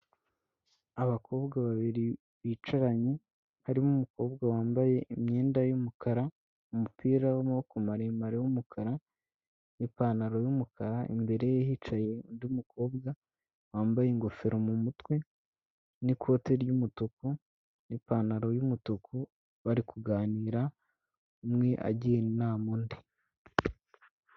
Abakobwa babiri bicaranye, harimo umukobwa wambaye imyenda y'umukara, umupira w'amaboko maremare w'umukara n'ipantaro y'umukara, imbere ye hicaye undi mukobwa wambaye ingofero mu mutwe n'ikote ry'umutuku n'ipantaro y'umutuku, bari kuganira umwe agira inama undi.